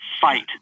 Fight